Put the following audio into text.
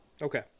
Okay